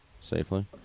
safely